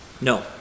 No